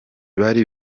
bari